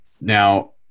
now